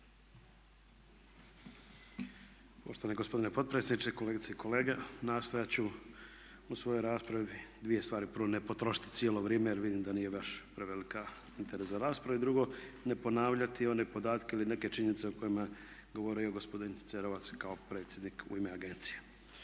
Poštovani gospodine potpredsjedniče, kolegice i kolege. Nastojat ću u svojoj raspravi dvije stvari prvo ne potrošiti cijelo vrijeme jer vidim da nije baš preveliki interes za raspravu. I drugo, ne ponavljati one podatke ili neke činjenice o kojima je govorio gospodin Cerovac i kao predsjednik u ime agencije.